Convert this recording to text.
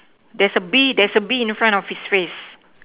there's a bee there's a bee in front of his face